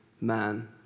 man